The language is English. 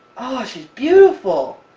ah she's beautiful!